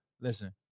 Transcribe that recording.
Listen